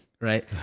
right